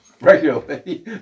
regularly